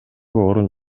орун